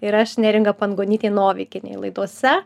ir aš neringa pangonytė novikienei laidose